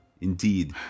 indeed